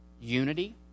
unity